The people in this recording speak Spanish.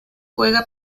juega